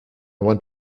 want